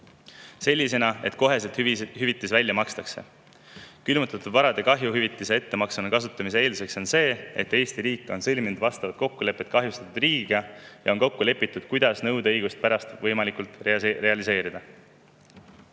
sellisena, et hüvitis koheselt välja makstakse. Külmutatud varade kahjuhüvitise ettemaksuna kasutamise eelduseks on see, et Eesti riik on sõlminud vastavad kokkulepped kahjustatud riigiga ja on kokku lepitud, kuidas nõudeõigust pärast realiseerida.